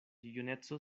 juneco